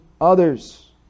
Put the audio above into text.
others